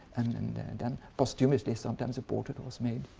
and and and and posthumously sometimes the portrait was made.